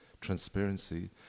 transparency